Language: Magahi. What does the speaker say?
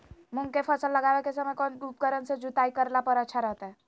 मूंग के फसल लगावे के समय कौन उपकरण से जुताई करला पर अच्छा रहतय?